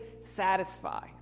satisfy